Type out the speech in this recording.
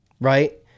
right